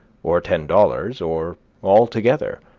or ten dollars, or all together.